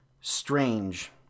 strange